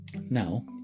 Now